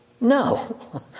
No